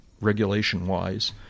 regulation-wise